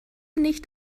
nicht